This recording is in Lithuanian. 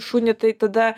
šunį tai tada